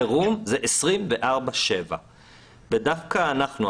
חירום זה 24/7. דווקא אנחנו,